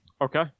okay